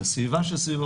לסביבה שלו